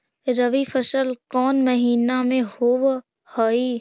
रबी फसल कोन महिना में होब हई?